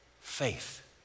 faith